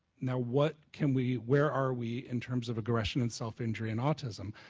now what can we where are we in terms of aggression and self-injury and autism?